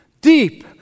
deep